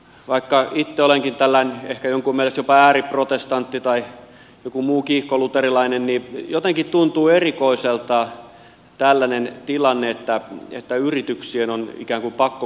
vaikka itse olenkin tällainen ehkä jonkun mielestä jopa ääriprotestantti tai joku muu kiihkoluterilainen niin jotenkin tuntuu erikoiselta tällainen tilanne että yrityksien on ikään kuin pakko kuulua kirkkoon